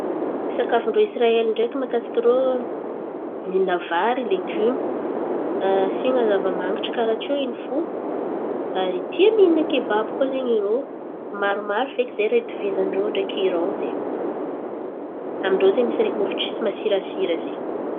Sakafon-drô Isiraely ndreky makasiky rô mihin̈a vary legimo asian̈a zava-man̈ingitra karà teo in̈y fo, ary tia mihin̈a kebaby koa zen̈y irô. Maromaro feky zen̈y raha hitovizan-drô ndreky Iran zen̈y, amin-drô zen̈y misy mofo areky tsisy masirasira zen̈y.